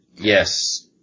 Yes